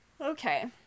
okay